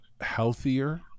healthier